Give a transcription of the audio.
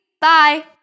Bye